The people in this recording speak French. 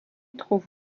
trouve